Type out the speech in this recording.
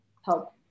help